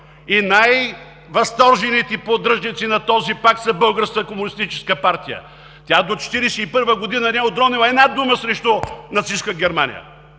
най-възторжените поддръжници на този пакт е Българската комунистическа партия. До 1941 г. тя не е отронила една дума срещу нацистка Германия.